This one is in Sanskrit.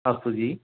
अस्तु जि